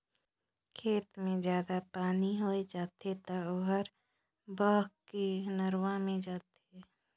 खेत मे जादा पानी होय जाथे त ओहर बहके नरूवा मे जाथे